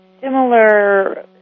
similar